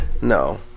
No